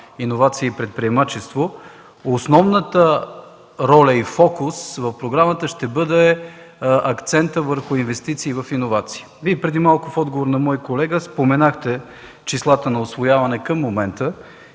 „Иновации и предприемачество“ основната роля и фокус в програмата ще бъде акцентът върху инвестиции в иновации. Вие преди малко, в отговор на въпрос от мой колега, споменахте числата на усвояване към момента